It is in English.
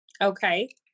Okay